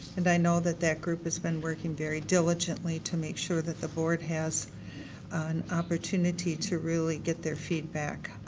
and i know that that group has been working very diligently to make sure that the board has an opportunity to really get their feedback.